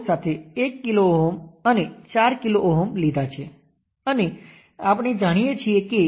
5 millisiemens x V test દ્વારા V test છે જે 0